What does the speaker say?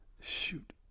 Shoot